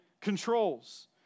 controls